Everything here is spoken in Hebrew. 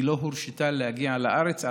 היא לא הורשתה לבוא לארץ.